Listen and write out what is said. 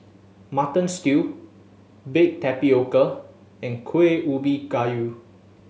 Mutton Stew baked tapioca and Kueh Ubi Kayu